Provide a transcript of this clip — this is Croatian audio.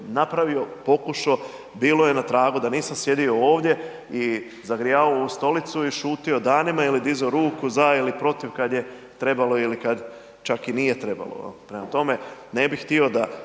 napravio, pokušao, bilo je na tragu da nisam sjedio ovdje i zagrijavao ovu stolicu i šuto danima ili dizao ruku za ili protiv kad je trebalo ili kad čak i nije trebalo. Prema tome, ne bi htio da